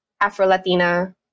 Afro-Latina